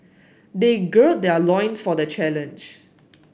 they gird their loins for the challenge